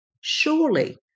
surely